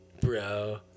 Bro